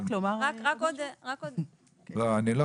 שמי לאה ויט ואני הדוברת של ׳עזר מציון׳.